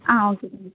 ah okay thank you